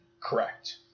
Correct